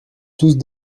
tous